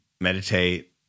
meditate